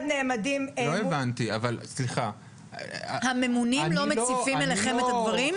נעמדים -- לא הבנתי -- הממונים לא מציפים לכם את הדברים?